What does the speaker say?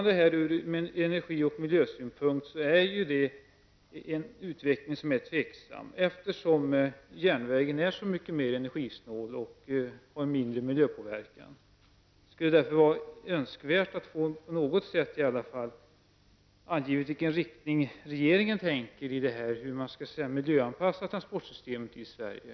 Sett från energi och miljösynpunkt är denna utveckling tvivelaktig, eftersom järnvägen är så mycket mer energisnål och har mindre miljöpåverkan. Det skulle därför vara önskvärt att i alla fall på något sätt få angivet i vilken riktning regeringen tänker i denna fråga, hur man så att säga skall miljöanpassa transportsystemet i Sverige.